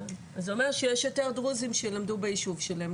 אז זה אומר שיש יותר דרוזים שילמדו ביישוב שלהם,